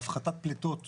בהפחתת פליטות